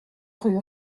rue